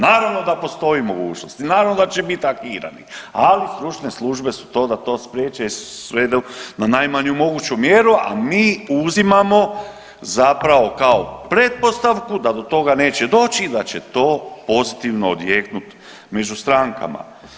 Naravno da postoji mogućnost i naravno da će biti hakirani, ali stručne službe su to da to spriječe i svedu na najmanju moguću mjeru, a mi uzimamo zapravo kao pretpostavku da do toga neće doći i da će to pozitivno odjeknuti među strankama.